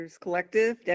collective